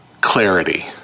clarity